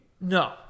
No